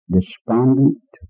despondent